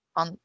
on